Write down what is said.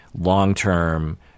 long-term